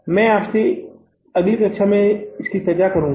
मैं आपसे अगली कक्षा में चर्चा करूंगा